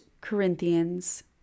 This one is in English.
Corinthians